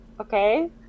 okay